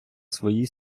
своїй